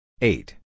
Eight